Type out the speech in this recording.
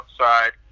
outside